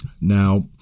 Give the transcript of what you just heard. Now